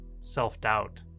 self-doubt